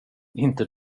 inte